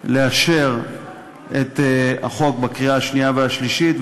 לאשר את החוק בקריאה שנייה ושלישית,